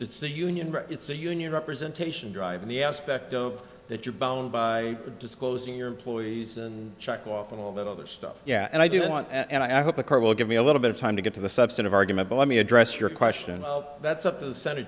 the union it's a union representation drive in the aspect of that you're bound by disclosing your employees and check off and all that other stuff yeah and i do want and i hope the court will give me a little bit of time to get to the substantive argument but let me address your question that's up to